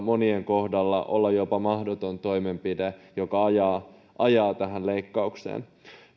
monien kohdalla myös olla jopa mahdoton toimenpide joka ajaa ajaa tähän leikkaukseen